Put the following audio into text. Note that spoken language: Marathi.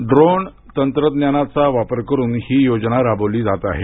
ड्रोन तंत्रज्ञानाचा वापर करून ही योजना राबवली जात आहे